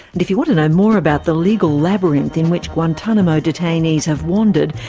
if you want to know more about the legal labyrinth in which guantanamo detainees have wandered,